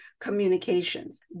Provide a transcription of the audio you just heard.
communications